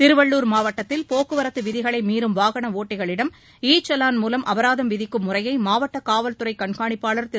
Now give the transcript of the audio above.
திருவள்ளுர் மாவட்டத்தில் போக்குவரத்து விதிகளை மீறும் வாகன ஒட்டிகளிடம் ஈ சவான் மூலம் அபராதம் விதிக்கும் முறையை மாவட்ட காவல்துறை கண்காணிப்பாளர் திரு